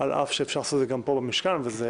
על שאף שאפשר לעשות את זה גם פה במשכן וזה